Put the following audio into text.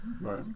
Right